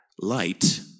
light